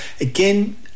Again